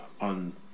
on